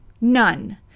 none